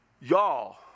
Y'all